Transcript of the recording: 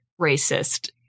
racist